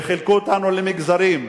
וחילקו אותנו למגזרים,